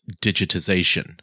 digitization